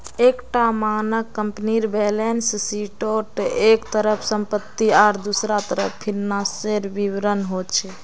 एक टा मानक कम्पनीर बैलेंस शीटोत एक तरफ सम्पति आर दुसरा तरफ फिनानासेर विवरण होचे